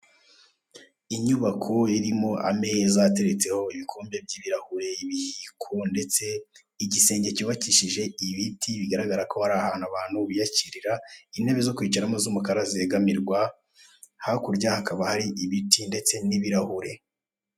Inyubako irimo ameza ateretseho ibikombe by'ibirahure, ibiyiko ndetse igisenge cyubakishije ibiti bigaragara ko ari ahantu abantu biyakirira intebe zo kwicaramo z'umukara zegamirwa hakurya hakaba hari ibiti ndetse n'ibirahure.